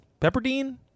Pepperdine